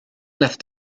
left